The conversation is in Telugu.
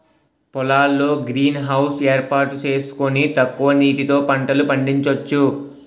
పొలాల్లో గ్రీన్ హౌస్ ఏర్పాటు సేసుకొని తక్కువ నీటితో పంటలు పండించొచ్చు